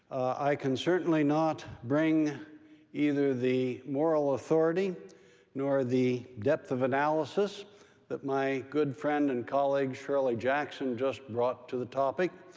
i can certainly not bring either the moral authority nor the depth of analysis that my good friend and colleague shirley jackson just brought to the topic.